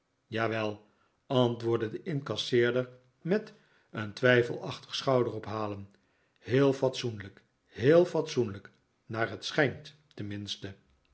jawel antwoordde de incasseerder met een twijfelachtig schouderophalen heel fatsoenlijk heel fatsoenlijk naar het schijnt tenminste